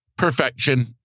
Perfection